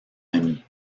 ami